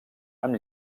amb